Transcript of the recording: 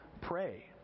pray